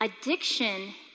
Addiction